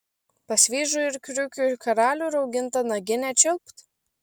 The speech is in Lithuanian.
pas vyžų ir kriukių karalių raugintą naginę čiulpt